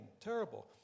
Terrible